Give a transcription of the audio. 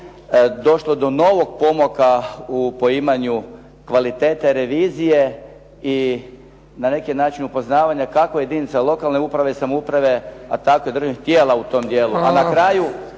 došlo do novog pomaka u poimanju kvalitete revizije i na neki način upoznavanja kako jedinica lokalne uprave i samouprave, a tako i državnih tijela u tom dijelu.